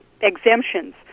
exemptions